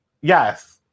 yes